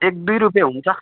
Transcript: एक दुई रुपियाँ हुन्छ